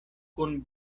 kun